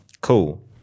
Cool